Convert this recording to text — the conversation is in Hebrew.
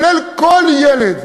לכל ילד.